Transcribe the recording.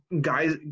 guys